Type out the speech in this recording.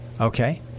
Okay